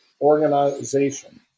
organization